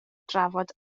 drafod